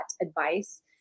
advice